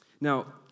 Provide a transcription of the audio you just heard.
Now